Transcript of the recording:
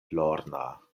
lorna